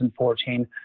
2014